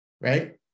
right